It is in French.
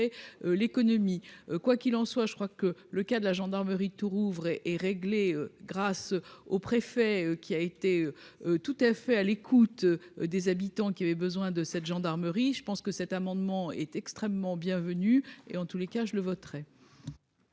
l'économie quoi qu'il en soit, je crois que le cas de la gendarmerie Tourouvre est réglée grâce au préfet, qui a été tout à fait à l'écoute des habitants qui avait besoin de cette gendarmerie je pense que cet amendement est extrêmement bienvenu et en tous les cas je le voterai.